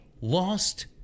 lost